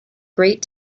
great